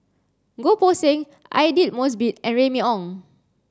Goh Poh Seng Aidli Mosbit and Remy Ong